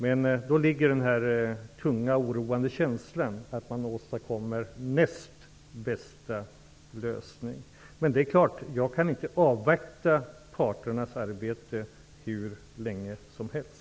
Men då finns en oroande, tung känsla av att man åstadkommer den näst bästa lösningen. Men det är klart att jag inte kan avvakta parternas arbete hur länge som helst.